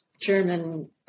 German